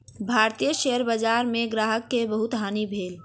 भारतीय शेयर बजार में ग्राहक के बहुत हानि भेल